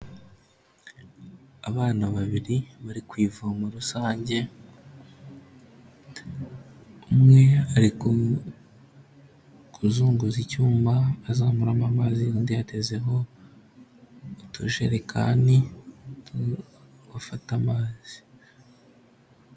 Abana babiri bari ku ivomo rusange, umwe ari kuzunguza icyuma azamuramo amazi, undi yatezeho itojerekani bafata amazi.